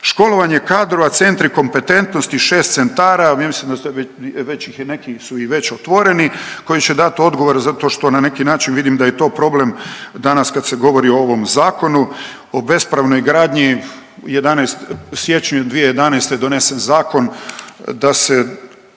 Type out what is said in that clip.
Školovanje kadrova, centri kompetentnosti, šest centara, ja mislim da već i neki su već otvoreni koji će dat odgovor zato što na neki način vidim da je i to problem danas kad se govori o ovom Zakonu o bespravnoj gradnji u siječnju 2011. je donesen zakon da se